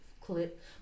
clip